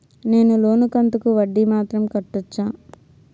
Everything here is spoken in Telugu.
నేను లోను కంతుకు వడ్డీ మాత్రం కట్టొచ్చా?